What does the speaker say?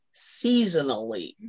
seasonally